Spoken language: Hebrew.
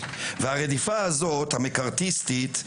והרדיפה הזאת המקארתיסטית,